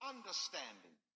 Understanding